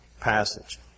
passage